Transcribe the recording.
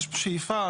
יש שאיפה,